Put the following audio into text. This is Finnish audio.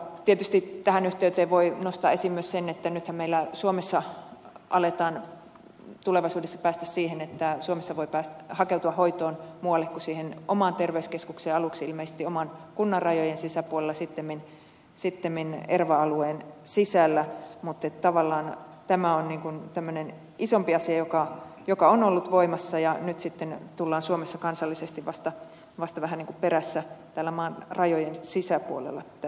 tietysti tässä yhteydessä voi nostaa esiin myös sen että nythän meillä suomessa aletaan tulevaisuudessa päästä siihen että suomessa voi hakeutua hoitoon muualle kuin siihen omaan terveyskeskukseen aluksi ilmeisesti oman kunnan rajojen sisäpuolella sittemmin erva alueen sisällä mutta tavallaan tämä on niin kuin tämmöinen isompi asia joka on ollut voimassa ja nyt sitten tullaan suomessa kansallisesti vasta vähän niin kuin perässä täällä maan rajojen sisäpuolella tässä asiassa